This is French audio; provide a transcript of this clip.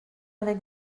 avec